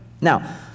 Now